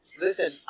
Listen